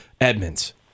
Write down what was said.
Edmonds